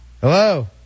Hello